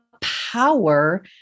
power